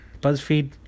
BuzzFeed